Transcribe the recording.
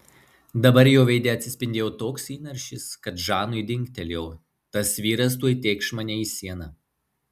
dabar jo veide atsispindėjo toks įniršis kad žanui dingtelėjo tas vyras tuoj tėkš mane į sieną